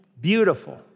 beautiful